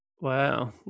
Wow